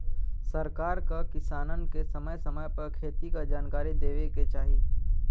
सरकार क किसानन के समय समय पे खेती क जनकारी देवे के चाही